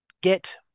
get